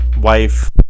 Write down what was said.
wife